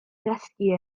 dysgu